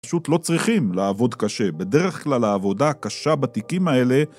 פשוט לא צריכים לעבוד קשה, בדרך כלל העבודה הקשה בתיקים האלה